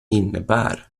innebär